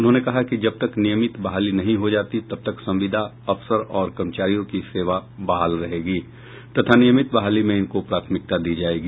उन्होंने कहा कि जब तक नियमित बहाली नहीं हो जाती तब तक संविदा अफसर और कर्मचारियों की सेवा बहाल रहेगी तथा नियमित बहाली में इनको प्राथमिकता दी जाएगी